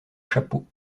chapeau